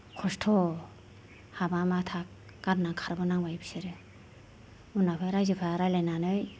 खस्थ' हाबा माथा गारना खारबोनांबाय बिसोरो उनावहाय राइजोफ्रा रायज्लायनानै